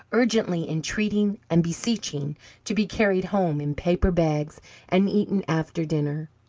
urgently entreating and beseeching to be carried home in paper bags and eaten after dinner.